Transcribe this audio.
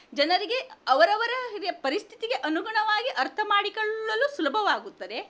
ಜನರಿಗೆ ಅವರವರ ಇದೆ ಪರಿಸ್ಥಿತಿಗೆ ಅನುಗುಣವಾಗಿ ಅರ್ಥ ಮಾಡಿಕೊಳ್ಳಲು ಸುಲಭವಾಗುತ್ತದೆ